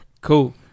Cool